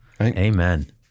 Amen